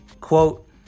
Quote